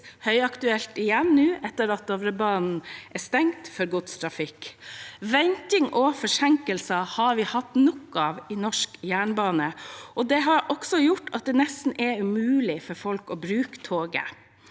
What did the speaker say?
høyaktuelt etter at Dovrebanen er stengt for godstrafikk. Venting og forsinkelser har vi hatt nok av i norsk jernbane, og det har også gjort at det nesten er umulig for folk å bruke toget.